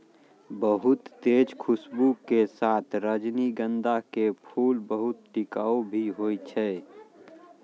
बहुत तेज खूशबू के साथॅ रजनीगंधा के फूल बहुत टिकाऊ भी हौय छै